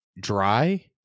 dry